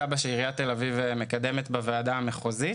תב"ע שעיריית תל אביב מקדמת בוועדה המחוזית.